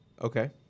Okay